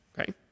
okay